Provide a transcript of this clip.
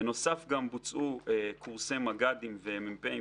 בנוסף גם בוצעו קורסי מג"דים ומ"פים,